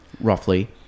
roughly